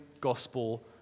gospel